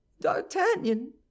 d'artagnan